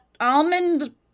Almond